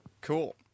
Cool